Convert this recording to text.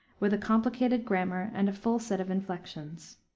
with a complicated grammar and a full set of inflections.